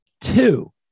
Two